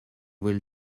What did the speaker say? will